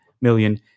million